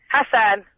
Hassan